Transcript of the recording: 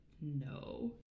no